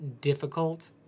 difficult